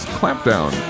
clampdown